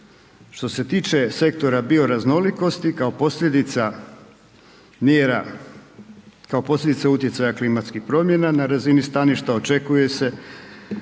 Što se tiče sektora bioraznolikosti kao posljedica mjera, kao posljedica utjecaja klimatskih promjena na razini staništa očekuje se